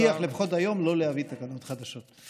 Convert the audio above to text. מבטיח, לפחות היום, לא להביא תקנות חדשות.